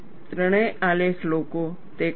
ત્રણેય આલેખ લોકો તે કરે છે